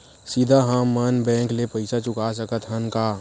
सीधा हम मन बैंक ले पईसा चुका सकत हन का?